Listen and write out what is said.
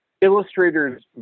illustrators